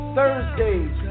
Thursday's